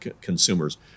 consumers